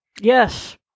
Yes